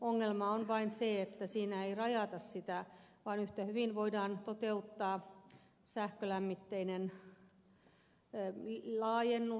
ongelma on vain se että siinä ei rajata sitä vaan yhtä hyvin voidaan toteuttaa sähkölämmitteinen laajennus